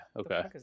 Okay